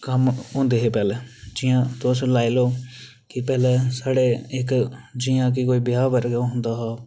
कम्म होंदे हे पैह्लें तुस लाई लैओ कि पैह्लें साढ़े इक्क जि'यां कि कोई ब्याह् गै होंदा हा